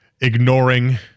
ignoring